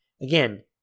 Again